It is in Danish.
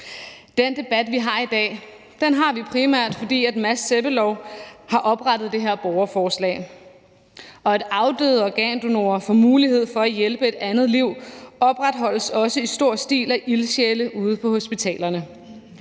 Den debat, vi har i dag, har vi primært, fordi Mads Peter Sebbelov har oprettet det her borgerforslag. Og at afdøde organdonorer får mulighed for at hjælpe et andet liv, opretholdes også i stor stil af ildsjæle ude på hospitalerne.